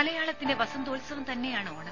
മലയാളത്തിന്റെ വസന്തോത്സവം തന്നെയാണ് ഓണം